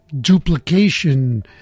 duplication